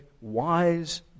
wise